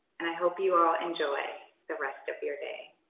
and i hope you all enjoy the rest of your day.